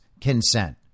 consent